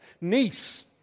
Nice